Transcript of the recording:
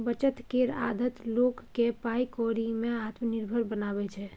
बचत केर आदत लोक केँ पाइ कौड़ी में आत्मनिर्भर बनाबै छै